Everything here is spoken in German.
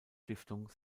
stiftung